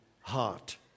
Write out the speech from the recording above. heart